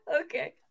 Okay